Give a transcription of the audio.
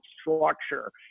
structure